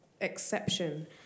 exception